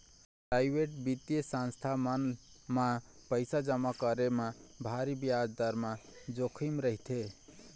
private बित्तीय संस्था मन म पइसा जमा करे म भारी बियाज दर म जोखिम रहिथे